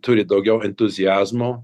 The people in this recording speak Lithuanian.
turi daugiau entuziazmo